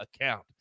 account